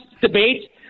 debate